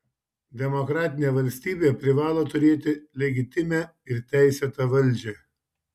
demokratinė valstybė privalo turėti legitimią ir teisėtą valdžią